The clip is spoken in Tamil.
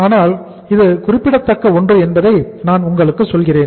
ஆனால் இது குறிப்பிடத்தக்க ஒன்று என்பதை நான் உங்களுக்கு சொல்கிறேன்